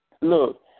look